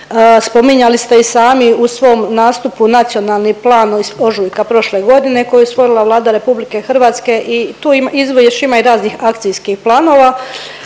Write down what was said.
Spominjali ste i sami u svom nastupu nacionalni plan iz ožujka prošle godine koji je usvojila Vlada RH i tu izvješće ima i raznih akcijskih planova